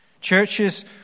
Churches